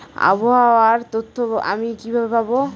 আবহাওয়ার তথ্য আমি কিভাবে পাবো?